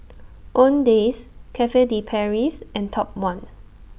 Owndays Cafe De Paris and Top one